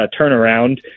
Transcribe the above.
turnaround